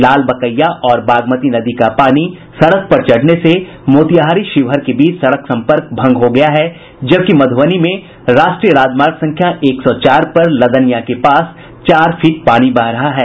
लालबकैया और बागमती नदी का पानी सड़क पर चढ़ने से मोतिहारी शिवहर के बीच सड़क सम्पर्क भंग हो गया है जबकि मधुबनी में राष्ट्रीय राजमार्ग संख्या एक सौ चार पर लदनिया के पास चार फीट पानी बह रहा है